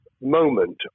moment